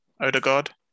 Odegaard